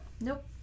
Nope